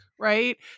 right